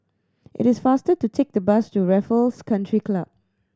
it is faster to take the bus to Raffles Country Club